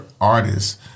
artists